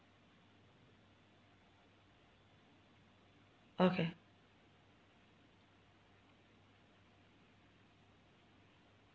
okay